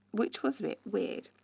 which was weird.